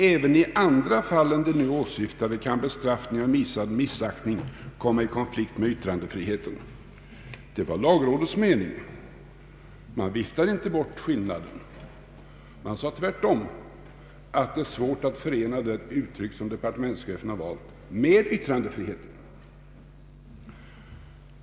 Även i andra fall än de nu åsyftade kan bestraffning av visad missaktning komma i konflikt med yttrandefriheten. Lagrådet viftar alltså inte bort skillnaden utan säger tvärtom att det är svårt att förena det uttryck som departementschefen valt med yttrandefriheten.